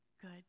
good